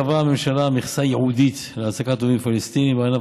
קבעה הממשלה מכסה ייעודית להעסקת עובדים פלסטינים בענף